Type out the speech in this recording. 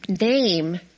name